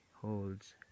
holds